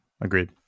agreed